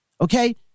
Okay